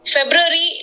February